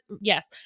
yes